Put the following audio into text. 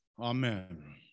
Amen